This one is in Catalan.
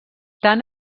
tant